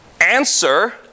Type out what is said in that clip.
answer